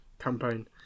campaign